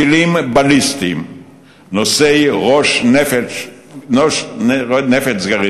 לטילים בליסטיים נושאי ראש נפץ גרעיני